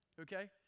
okay